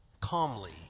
calmly